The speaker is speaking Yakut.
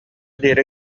диэри